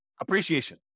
appreciation